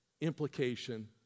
implication